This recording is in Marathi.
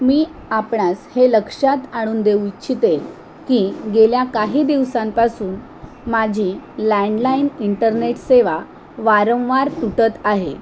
मी आपणास हे लक्षात आणून देऊ इच्छिते की गेल्या काही दिवसांपासून माझी लँडलाईन इंटरनेट सेवा वारंवार तुटत आहे